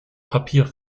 papier